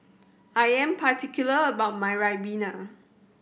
I am particular about my ribena